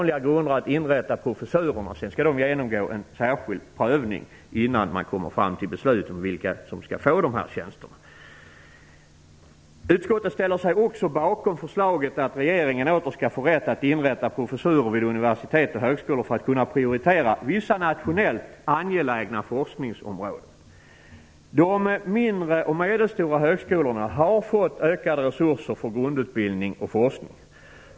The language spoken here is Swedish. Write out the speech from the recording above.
Man inrättar professurerna på vanliga grunder, och innan man fattar beslut om vilka personer som skall få tjänsterna skall de genomgå en särskild prövning. Utskottet ställer sig också bakom förslaget om att regeringen återigen skall få rätt att inrätta professurer vid universitet och högskolor för att kunna prioritera vissa nationellt angelägna forskningsområden. De mindre och medelstora högskolorna har fått ökade resurser för grundutbildning och forskning.